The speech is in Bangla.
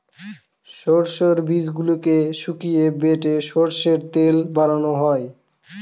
সর্ষের বীজগুলোকে শুকিয়ে বেটে সর্ষের তেল বানানো হয়